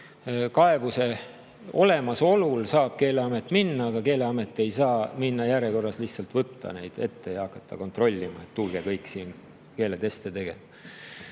Kaebuse olemasolu korral saab Keeleamet minna, aga Keeleamet ei saa minna ja lihtsalt järjekorras võtta neid ette ja hakata kontrollima, et tulge kõik siin keeleteste tegema.